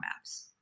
maps